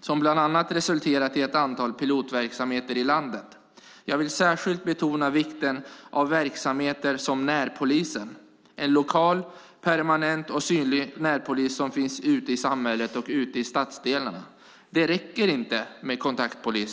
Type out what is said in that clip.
som bland annat har resulterat i ett antal pilotverksamheter i landet. Jag vill särskilt betona vikten av verksamheter, till exempel närpolisen - en lokal, permanent och synlig närpolis som finns ute i samhället och ute i stadsdelarna. Det räcker inte med kontaktpoliser.